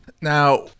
now